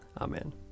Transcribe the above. Amen